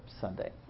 Sunday